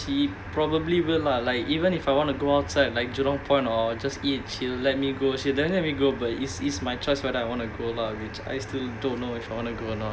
she probably will lah like even if I want to go outside like jurong point or just eat she will let me go she doesn't really go but is is my choice whether I want to go lah which I still don't know if I want to go or not